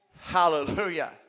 Hallelujah